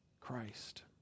Christ